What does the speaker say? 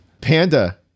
Panda